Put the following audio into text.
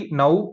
now